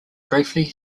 briefly